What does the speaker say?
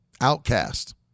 outcast